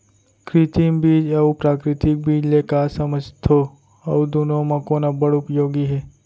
कृत्रिम बीज अऊ प्राकृतिक बीज ले का समझथो अऊ दुनो म कोन अब्बड़ उपयोगी हे?